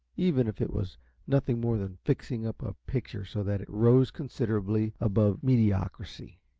even if it was nothing more than fixing up a picture so that it rose considerably above mediocrity.